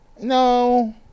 No